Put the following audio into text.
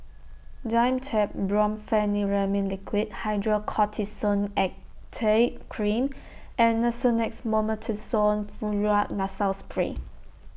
Dimetapp Brompheniramine Liquid Hydrocortisone Acetate Cream and Nasonex Mometasone Furoate Nasal Spray